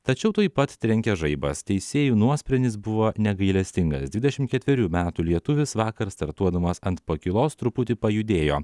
tačiau tuoj pat trenkė žaibas teisėjų nuosprendis buvo negailestingas dvidešim ketverių metų lietuvis vakar startuodamas ant pakylos truputį pajudėjo